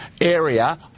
area